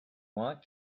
want